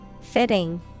Fitting